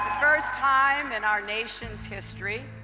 time in our nation's history